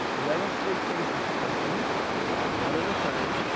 let us take things incrementally one at a time,